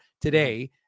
today